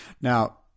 Now